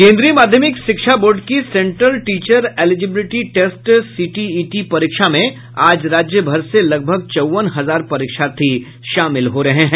केंद्रीय माध्यमिक शिक्षा बोर्ड की central teacher eligibility test CTET परीक्षा में आज राज्यभर से लगभग चौवन हजार परीक्षार्थी शामिल हो रहे हैं